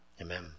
Amen